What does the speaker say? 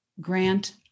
grant